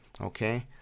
Okay